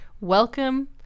welcome